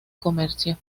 comercio